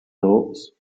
thoughts